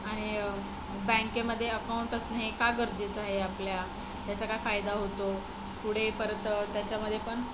आणि बँकेमध्ये अकाऊंट असणे हे का गरजेचं आहे आपल्या याचा काय फायदा होतो पुढे परत त्यांच्यामध्ये पण